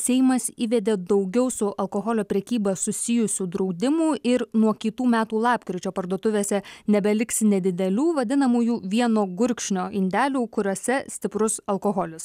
seimas įvedė daugiau su alkoholio prekyba susijusių draudimų ir nuo kitų metų lapkričio parduotuvėse nebeliks nedidelių vadinamųjų vieno gurkšnio indelių kuriuose stiprus alkoholis